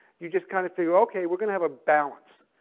you just kind of figured, ok, we're going to have a balance.